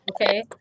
Okay